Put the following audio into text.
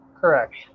Correct